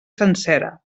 sencera